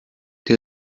die